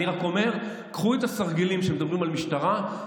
אני רק אומר: כשמדברים על משטרה,